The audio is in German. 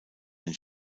ein